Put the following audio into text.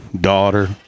daughter